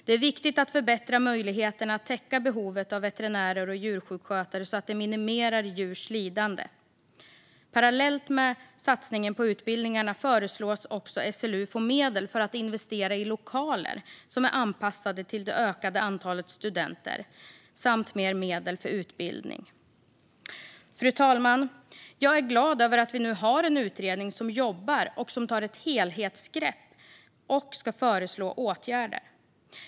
Det är viktigt att förbättra möjligheterna att täcka behovet av veterinärer och djursjukskötare, så att djurs lidande minimeras. Parallellt med satsningen på utbildningarna föreslås också SLU få medel för att investera i lokaler som är anpassade till det ökade antalet studenter samt mer medel för utbildning. Fru talman! Jag är glad över att vi nu har en utredning som jobbar och som tar ett helhetsgrepp och ska föreslå åtgärder.